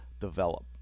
develop